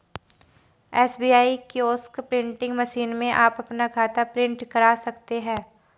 SBI kiosk printing machine में आप अपना खाता प्रिंट करा सकते हैं